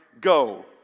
go